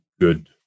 good